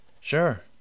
Sure